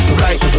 right